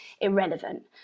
irrelevant